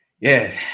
yes